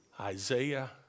Isaiah